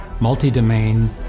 multi-domain